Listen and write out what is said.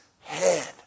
head